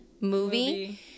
Movie